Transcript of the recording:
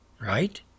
right